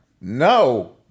No